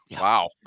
Wow